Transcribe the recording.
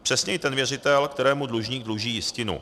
Přesněji ten věřitel, kterému dlužník dluží jistinu.